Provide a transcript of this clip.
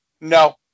No